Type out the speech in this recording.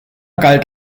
galt